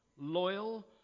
loyal